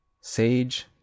sage